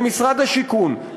למשרד השיכון,